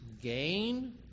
gain